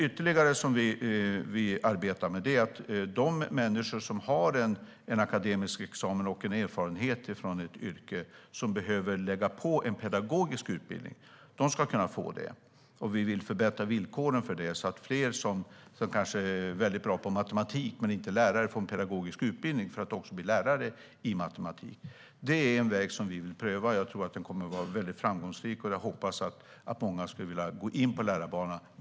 Ytterligare ett sätt som vi arbetar med är att se till att människor som har akademisk examen och erfarenhet från ett yrke och som behöver lägga på en pedagogisk utbildning ska kunna få det. Vi vill förbättra villkoren för det så att fler som kanske är väldigt bra på matematik men inte är lärare kan få en pedagogisk utbildning för att bli lärare i matematik. Det är en väg som vi vill pröva. Jag tror att den kommer att vara väldigt framgångsrik. Jag hoppas att många vill komma in på lärarbanan.